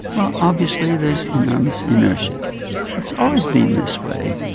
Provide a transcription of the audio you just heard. well obviously there's enormous inertia it's always been this way,